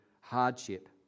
hardship